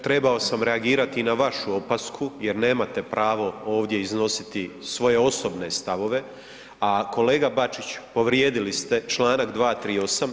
Trebao sam reagirati i na vašu opasku jer nemate pravo ovdje iznositi svoje osobne stavove, a kolega Bačiću povrijedili ste čl. 238.